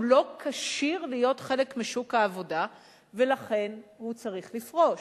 לא כשיר להיות חלק משוק העבודה ולכן הוא צריך לפרוש.